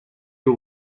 you